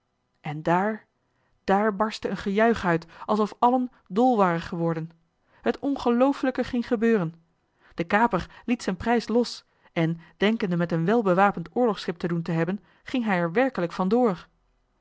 en daar daar barstte een gejuich uit alsof allen dol waren geworden t ongeloofelijke ging gebeuren de kaper liet z'n prijs los en denkende met een wel bewapend oorlogsschip te doen te hebben ging hij er werkelijk van door